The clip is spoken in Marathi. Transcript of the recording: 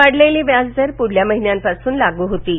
वाढलेले व्याजदर पुढल्या महिन्यांपासून लागू होतील